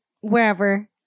wherever